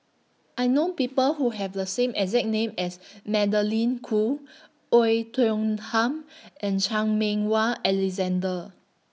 I know People Who Have The same exact name as Magdalene Khoo Oei Tiong Ham and Chan Meng Wah Alexander